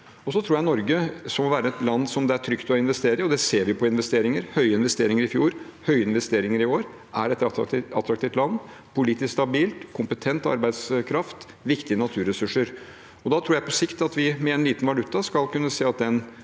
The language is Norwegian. Norge må være et land det er trygt å investere i. Vi ser på investeringene – høye investeringer i fjor, høye investeringer i år – at vi er et attraktivt land, politisk stabilt med kompetent arbeidskraft og viktige naturressurser. Jeg tror på sikt at vi med en liten valuta skal kunne se at den